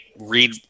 read